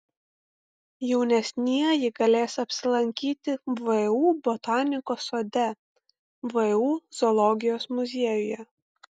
jaunesnieji galės apsilankyti vu botanikos sode vu zoologijos muziejuje